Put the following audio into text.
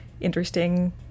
interesting